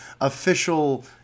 official